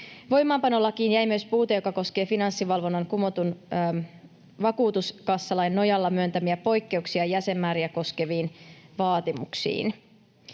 Voimaanpanolakiin jäi myös puute, joka koskee Finanssivalvonnan kumotun vakuutuskassalain nojalla myöntämiä poikkeuksia jäsenmääriä koskeviin vaatimuksiin.